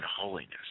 holiness